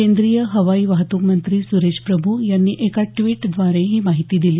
केंद्रीय हवाई वाहतूकमंत्री सुरेश प्रभू यांनी एका द्विटद्वारे ही माहिती दिली